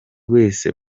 wese